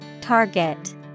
Target